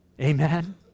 Amen